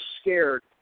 scared